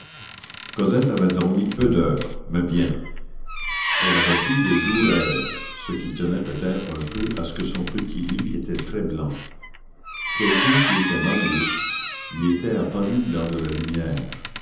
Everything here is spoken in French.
cosette avait dormi peu d'heures mais bien elle avait eu de doux rêves ce qui tenait peut-être un peu à ce que son petit lit était très blanc quelqu'un qui était marius lui était apparu dans de la lumière